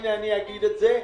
הנה אני אגיד את זה,